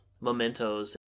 mementos